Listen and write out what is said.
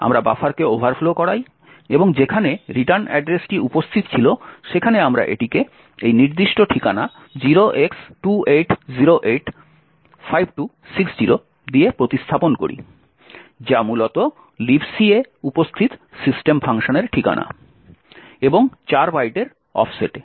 আমরা বাফারকে ওভারফ্লো করাই এবং যেখানে রিটার্ন অ্যাড্রেসটি উপস্থিত ছিল সেখানে আমরা এটিকে এই নির্দিষ্ট ঠিকানা 0x28085260 দিয়ে প্রতিস্থাপন করি যা মূলত Libc এ উপস্থিত সিস্টেম ফাংশনের ঠিকানা এবং 4 বাইটের অফসেটে